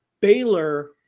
Baylor